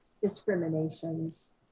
discriminations